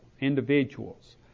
individuals